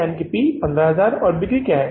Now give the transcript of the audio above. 15000 और बिक्री की मात्रा क्या है